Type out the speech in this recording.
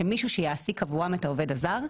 שמישהו יעסיק עבורם את העובד הזר.